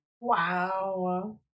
Wow